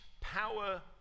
power